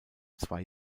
zwei